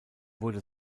wurde